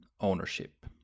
ownership